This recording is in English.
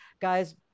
guys